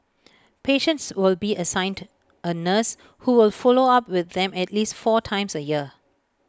patients will be assigned A nurse who will follow up with them at least four times A year